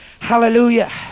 Hallelujah